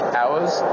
hours